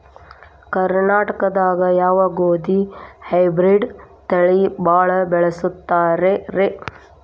ಕರ್ನಾಟಕದಾಗ ಯಾವ ಗೋಧಿ ಹೈಬ್ರಿಡ್ ತಳಿ ಭಾಳ ಬಳಸ್ತಾರ ರೇ?